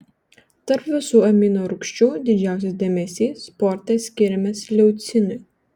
tarp visų amino rūgščių didžiausias dėmesys sporte skiriamas leucinui